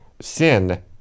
sin